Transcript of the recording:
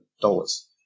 dollars